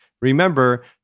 Remember